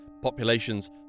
Populations